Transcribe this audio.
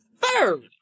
third